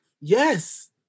Yes